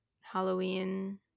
Halloween